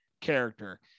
character